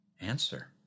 answer